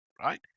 right